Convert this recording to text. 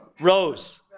Rose